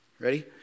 Ready